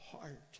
heart